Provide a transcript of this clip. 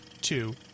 two